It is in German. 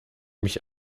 mich